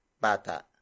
bata